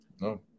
no